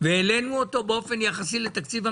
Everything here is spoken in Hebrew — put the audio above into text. והעלינו אותו יותר באופן יחסי לתקציב המדינה.